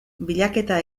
bilaketa